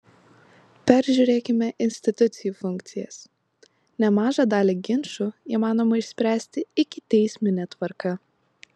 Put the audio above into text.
peržiūrėkime institucijų funkcijas nemažą dalį ginčų įmanoma išspręsti ikiteismine tvarka